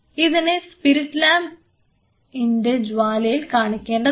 ഇതിനെ സ്പിരിറ്റുലാമ്പ്ന്റെ ജ്വാലയിൽ കാണിക്കേണ്ടതാണ്